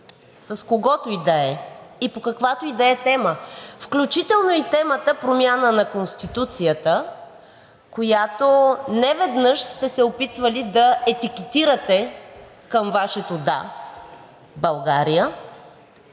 с когото и да е и по каквато и да е тема, включително и темата „Промяна на Конституцията“, която неведнъж сте се опитвали да етикетирате към Вашето „Да, България“,